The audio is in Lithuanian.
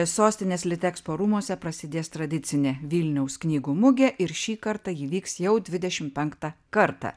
sostinės litexpo rūmuose prasidės tradicinė vilniaus knygų mugė ir šį kartą ji vyks jau dvidešimt penktą kartą